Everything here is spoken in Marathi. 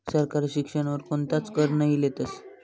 सरकार शिक्षण वर कोणताच कर नही लेतस